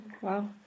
Wow